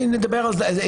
נדבר על זה.